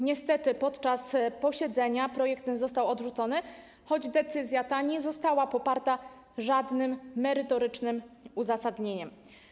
Niestety podczas posiedzenia projekt ten został odrzucony, choć decyzja ta nie została poparta żadnym merytorycznym uzasadnieniem.